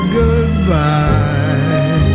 goodbye